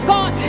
God